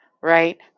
right